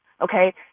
okay